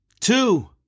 two